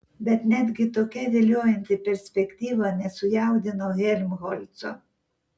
bet netgi tokia viliojanti perspektyva nesujaudino helmholco